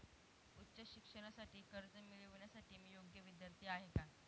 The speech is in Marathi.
उच्च शिक्षणासाठी कर्ज मिळविण्यासाठी मी योग्य विद्यार्थी आहे का?